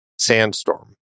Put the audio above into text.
sandstorm